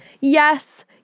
Yes